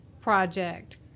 project